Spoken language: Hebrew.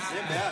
בעד